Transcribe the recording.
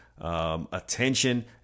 attention